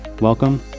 Welcome